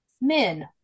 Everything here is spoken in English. Men